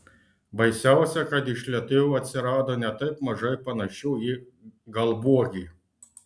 baisiausia kad iš lietuvių atsirado ne taip mažai panašių į galbuogį